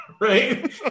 Right